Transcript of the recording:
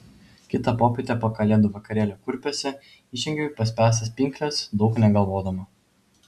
kitą popietę po kalėdų vakarėlio kurpiuose žengiau į paspęstas pinkles daug negalvodama